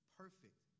perfect